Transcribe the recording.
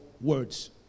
words